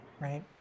Right